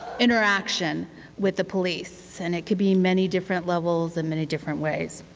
interaction with the police, and it could be many different levels and many different ways.